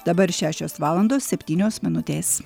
dabar šešios valandos septynios minutės